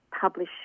publish